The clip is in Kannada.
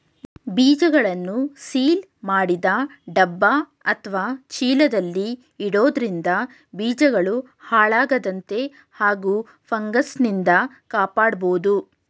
ಬೀಜಗಳನ್ನು ಸೀಲ್ ಮಾಡಿದ ಡಬ್ಬ ಅತ್ವ ಚೀಲದಲ್ಲಿ ಇಡೋದ್ರಿಂದ ಬೀಜಗಳು ಹಾಳಾಗದಂತೆ ಹಾಗೂ ಫಂಗಸ್ನಿಂದ ಕಾಪಾಡ್ಬೋದು